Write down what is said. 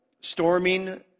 Storming